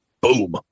Boom